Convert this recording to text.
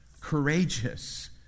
courageous